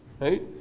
right